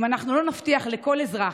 אם אנחנו לא נבטיח לכל אזרח,